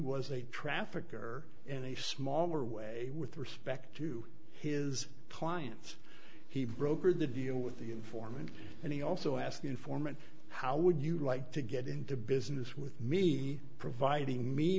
was a trafficker in a smaller way with respect to his clients he brokered the deal with the informant and he also asked the informant how would you like to get into business with me providing me